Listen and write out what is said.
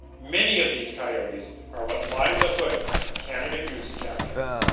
many of these coyotes, are what line the hoods of canada goose jackets.